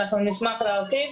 אנחנו נשמח להרחיב,